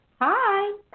Hi